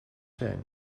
zijn